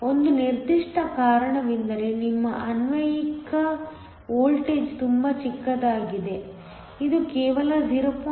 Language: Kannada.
ಒಂದು ನಿರ್ದಿಷ್ಟ ಕಾರಣವೆಂದರೆ ನಿಮ್ಮ ಅನ್ವಯಿಕ ವೋಲ್ಟೇಜ್ ತುಂಬಾ ಚಿಕ್ಕದಾಗಿದೆ ಇದು ಕೇವಲ 0